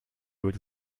would